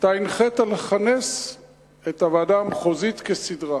אתה הנחית לכנס את הוועדה המחוזית כסדרה,